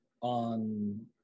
on